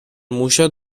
موشا